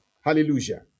Hallelujah